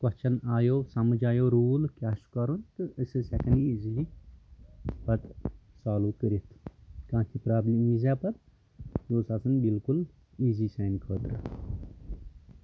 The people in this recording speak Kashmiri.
کۄشچن آیو سِمجھ آیو روٗل کیاہ چھُ کرُن تہٕ أسۍ ٲسۍ ہیٚکان ایٖزیلی پَتہٕ سالو کٔرِتھ کانٛہہ تہِ پرابلِم یی زِ ہا پَتہٕ سۄ ٲسۍ آسان بِالکُل ایٖزی سانہِ خٲطرٕ